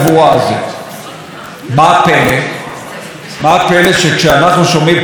כשאנחנו שומעים פה דברי הסתה כמו מה ששמענו גם היום מראש הממשלה נתניהו,